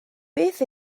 beth